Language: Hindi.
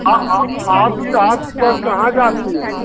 आ आ आपकी आपकी बस कहाँ जाती है